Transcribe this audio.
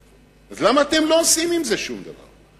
אז למה אתם לא עושים עם זה שום דבר?